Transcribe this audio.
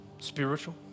spiritual